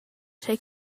take